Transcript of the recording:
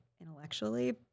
intellectually